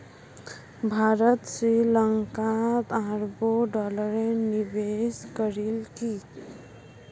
भारत श्री लंकात अरबों डॉलरेर निवेश करील की